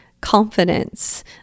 confidence